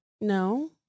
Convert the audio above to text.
No